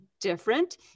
different